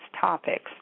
topics